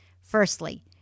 Firstly